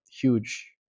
huge